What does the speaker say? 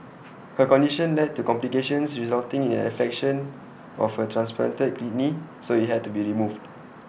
her condition led to complications resulting in an infection of her transplanted kidney so IT had to be removed